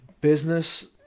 business